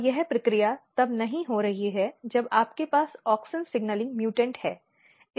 और यह प्रक्रिया तब नहीं हो रही है जब आपके पास ऑक्सिन सिग्नलिंग म्यूटन्ट है